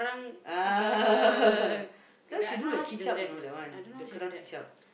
ah you know she do the kicap you know that one the kicap